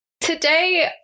Today